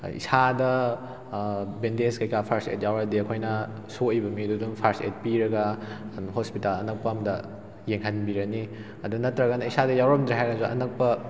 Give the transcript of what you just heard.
ꯍꯥꯏꯗꯤ ꯏꯁꯥꯗ ꯕꯦꯟꯗꯦꯖ ꯀꯩꯀꯥ ꯐꯥꯔꯁ ꯑꯦꯗ ꯌꯥꯎꯔꯛꯑꯗꯤ ꯑꯩꯈꯣꯏꯅ ꯁꯣꯛꯂꯤꯕ ꯃꯤꯗꯨ ꯑꯗꯨꯝ ꯐꯥꯔꯁ ꯑꯦꯗ ꯄꯤꯔꯒ ꯍꯣꯁꯄꯤꯇꯥꯜ ꯑꯅꯛꯄ ꯑꯃꯗ ꯌꯦꯡꯍꯟꯕꯤꯔꯅꯤ ꯑꯗꯨ ꯅꯠꯇ꯭ꯔꯒꯅ ꯏꯁꯥꯗ ꯌꯥꯎꯔꯝꯗ꯭ꯔꯦ ꯍꯥꯏꯔꯒꯁꯨ ꯑꯅꯛꯄ